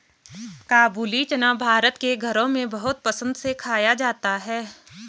काबूली चना भारत के घरों में बहुत पसंद से खाया जाता है